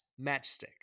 matchstick